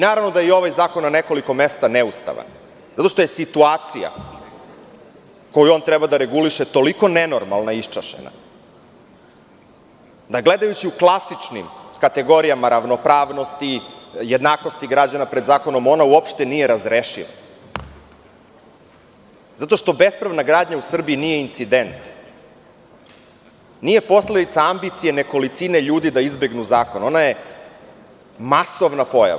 Naravno da je i ovaj zakon na nekoliko mesta neustavan, zato što je situacija koju on treba da reguliše toliko nenormalna i iščašena, da gledajući u klasičnim kategorija ravnopravnosti i jednakosti građana pred zakonom ona uopšte nije razrešiva, zato što bespravna gradnja u Srbiji nije incident, nije posledica ambicije nekolicine ljudi da izbegnu zakon, ona je masovna pojava.